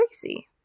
crazy